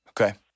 Okay